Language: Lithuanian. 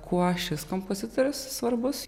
kuo šis kompozitorius svarbus